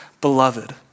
beloved